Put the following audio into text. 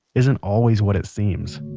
isn't always what it seems.